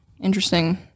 Interesting